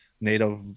native